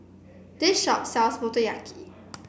this shop sells Motoyaki